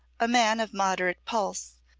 a man of moderate pulse,